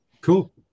Cool